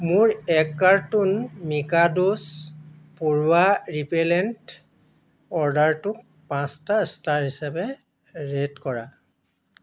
মোৰ এক কাৰ্টন মিকাদোছ পৰুৱা ৰিপেলেণ্ট অৰ্ডাৰটোক পাঁচটা ষ্টাৰ হিচাপে ৰেট কৰা